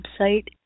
website